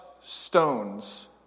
stones